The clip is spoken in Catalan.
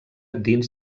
dins